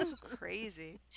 Crazy